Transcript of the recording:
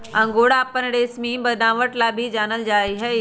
angora अपन रेशमी बनावट ला भी जानल जा हई